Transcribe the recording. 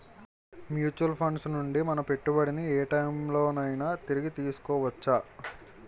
Mutual funds నుండి మన పెట్టుబడిని ఏ టైం లోనైనా తిరిగి తీసుకోవచ్చా?